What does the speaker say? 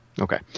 Okay